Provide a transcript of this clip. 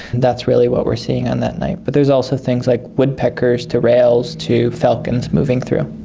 that's really what we're seeing on that night. but there's also things like woodpeckers to rails to falcons moving through.